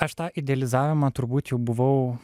aš tą idealizavimą turbūt jau buvau